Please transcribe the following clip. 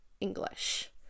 English